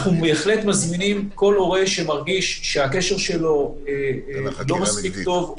אנחנו בהחלט מזמינים כל הורה שמרגיש שהקשר שלו לא מספיק טוב,